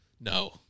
No